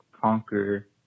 conquer